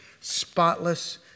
spotless